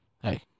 hey